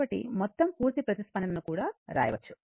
కాబట్టి మొత్తం పూర్తి ప్రతిస్పందనను కూడా వ్రాయవచ్చు